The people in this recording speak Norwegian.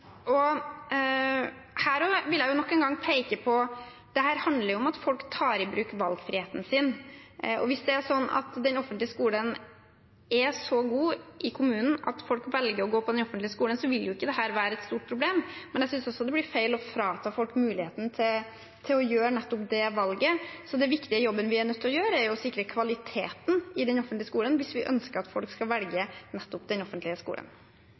Jeg vil nok en gang peke på at dette handler om at folk tar i bruk valgfriheten sin. Hvis den offentlige skolen i kommunen er så god at folk velger å gå på den, vil ikke dette være et stort problem, men jeg synes også det blir feil å frata folk muligheten til å gjøre nettopp det valget. Den viktige jobben vi er nødt til å gjøre, er å sikre kvaliteten i den offentlige skolen hvis vi ønsker at folk skal velge nettopp den offentlige skolen.